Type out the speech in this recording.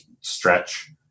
stretch